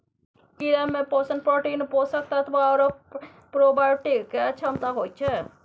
कीड़ामे पोषण प्रोटीन, पोषक तत्व आओर प्रोबायोटिक क्षमता होइत छै